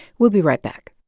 we'll be right back